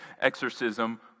exorcism